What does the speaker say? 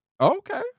Okay